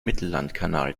mittellandkanal